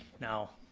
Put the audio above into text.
now,